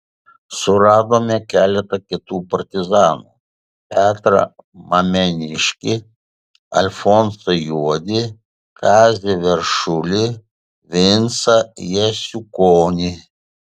suradome keletą kitų partizanų petrą mameniškį alfonsą juodį kazį veršulį vincą jasiukonį